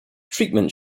treatment